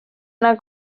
una